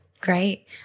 great